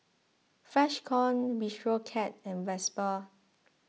Freshkon Bistro Cat and Vespa